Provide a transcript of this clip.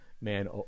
man